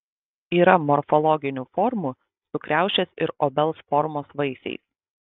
yra morfologinių formų su kriaušės ir obels formos vaisiais